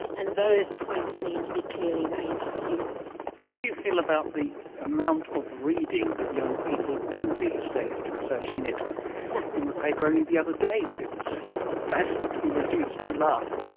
and those points need to be clearly made to students. how do you feel about the amount of reading that young people do these days? because i have seen it in the paper only the other day that it was drastically reduced. you laugh?